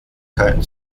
kein